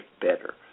better